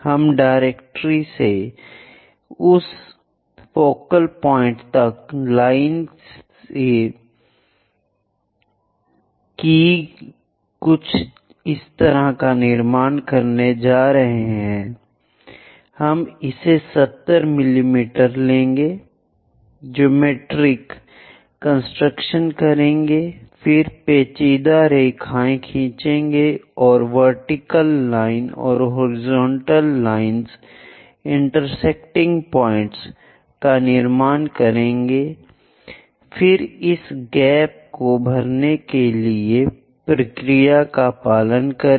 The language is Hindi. हम डायरेक्ट्री से उस फोकल पॉइंट तक लाइन सी की तरह कुछ निर्माण करने जा रहे हैं हम इसे 70 मिमी लगाएंगे जियोमेट्रिक कंस्ट्रक्शन करेंगे फिर पेचीदा रेखाएँ खींचेंगे और vertical line horizontal lines intersecting points का निर्माण करेंगे फिर इस गैप को भरने के लिए प्रक्रिया का पालन करें